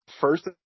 First